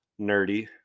nerdy